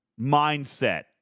mindset